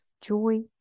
joy